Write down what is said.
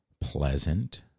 pleasant